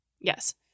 Yes